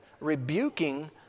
rebuking